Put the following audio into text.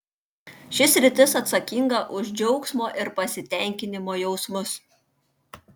ši sritis atsakinga už džiaugsmo ir pasitenkinimo jausmus